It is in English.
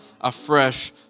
afresh